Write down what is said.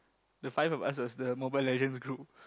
the five of us was the Mobile-Legends group